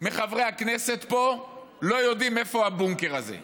מחברי הכנסת פה לא יודעים איפה הבונקר הזה.